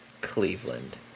Cleveland